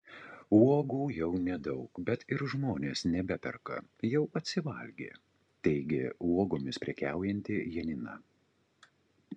uogų jau nedaug bet ir žmonės nebeperka jau atsivalgė teigė uogomis prekiaujanti janina